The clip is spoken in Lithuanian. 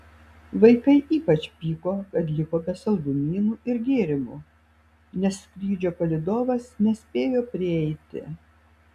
vaikai ypač pyko kad liko be saldumynų ir gėrimų nes skrydžio palydovas nespėjo prieiti